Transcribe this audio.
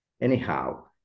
Anyhow